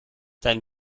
dein